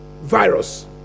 virus